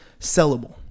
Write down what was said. sellable